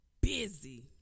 busy